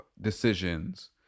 decisions